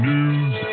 News